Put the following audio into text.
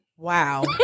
Wow